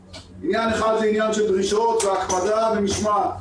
עניין אחד זה עניין של דרישות והקפדה על משמעת,